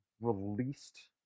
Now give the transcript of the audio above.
released